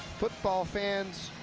football fan